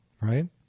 right